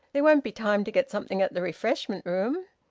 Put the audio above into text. there won't be time to get something at the refreshment room?